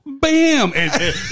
bam